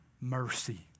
Mercy